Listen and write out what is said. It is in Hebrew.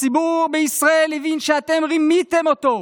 הציבור בישראל הבין שאתם רימיתם אותו,